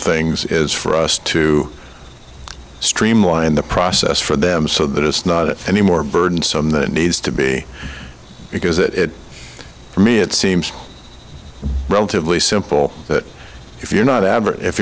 things is for us to streamline the process for them so that it's not any more burdensome that it needs to be because it for me it seems relatively simple that if you're not